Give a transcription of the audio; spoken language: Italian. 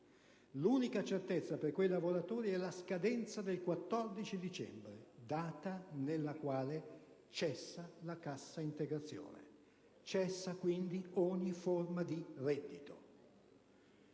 L'unica certezza per quei lavoratori è la scadenza del 14 dicembre, data nella quale cessa la cassa integrazione e cessa quindi ogni forma di reddito.